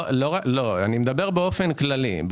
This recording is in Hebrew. אני מדבר באופן כללי.